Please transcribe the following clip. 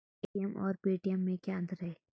ATM और Paytm में क्या अंतर है?